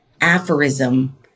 aphorism